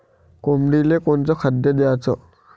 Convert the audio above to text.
कोंबडीले कोनच खाद्य द्याच?